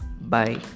Bye